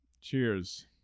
Cheers